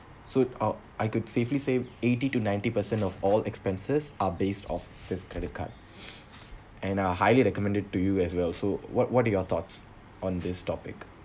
so our I could safely say eighty to ninety per cent of all expenses are based of this credit card and are highly recommended to you as well so what what do your thoughts on this topic